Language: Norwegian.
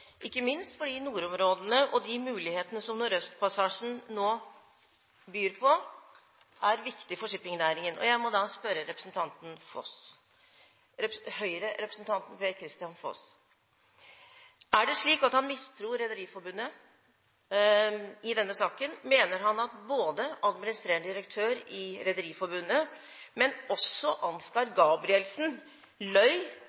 ikke minst fordi nordområdene og de mulighetene som Nordøstpassasjen nå byr på, er viktige for shippingnæringen. Jeg må da spørre Høyre-representanten Per-Kristian Foss: Er det slik at han mistror Rederiforbundet i denne saken? Mener han at både administrerende direktør i Rederiforbundet og Ansgar Gabrielsen løy